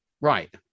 right